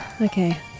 okay